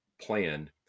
plan